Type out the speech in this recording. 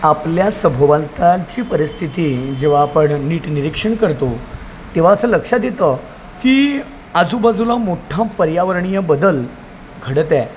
आपल्या सभोवतालची परिस्थिती जेव्हा आपण नीट निरीक्षण करतो तेव्हा असं लक्षात येतं की आजूबाजूला मोठ्ठा पर्यावरणीय बदल घडत आहे